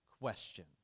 question